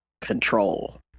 control